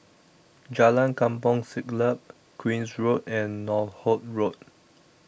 Jalan Kampong Siglap Queen's Road and Northolt Road